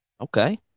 Okay